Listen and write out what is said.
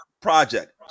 project